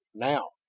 now!